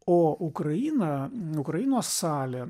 o ukraina ukrainos salė